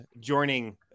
joining